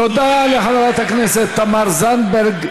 תודה לחברת הכנסת תמר זנדברג.